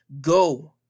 go